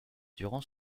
durant